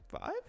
Five